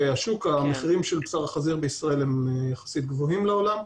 המחירים של בשר חזיר בישראל הם יחסית גבוהים לעולם,